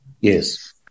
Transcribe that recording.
Yes